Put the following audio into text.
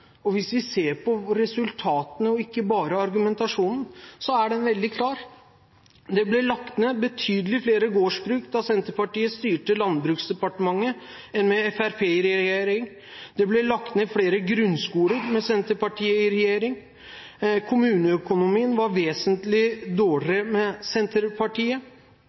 makt. Hvis vi ser på resultatene og ikke bare på argumentasjonen, er det veldig klart: Det ble lagt ned betydelig flere gårdsbruk da Senterpartiet styrte Landbruks- og matdepartementet, enn med Fremskrittspartiet i regjering. Det ble lagt ned flere grunnskoler med Senterpartiet i regjering. Kommuneøkonomien var vesentlig dårligere med Senterpartiet.